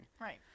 Right